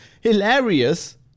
hilarious